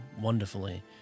wonderfully